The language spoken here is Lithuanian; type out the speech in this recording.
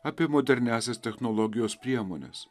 apie moderniąsias technologijos priemones